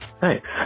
Thanks